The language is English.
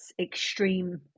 extreme